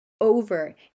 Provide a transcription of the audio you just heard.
over